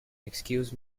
excuse